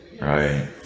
right